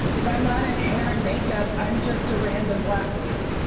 if i'm not in hair and makeup, i'm just a random black lady.